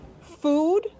food